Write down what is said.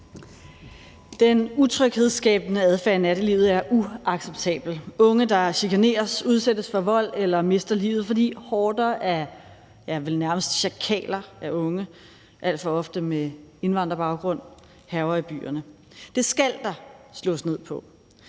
Den utryghedsskabende adfærd i nattelivet er uacceptabel. Unge, der chikaneres, udsættes for vold eller mister livet, fordi horder af unge, der minder om sjakaler, alt for ofte med indvandrerbaggrund, hærger i byerne. Det skal der slås ned på.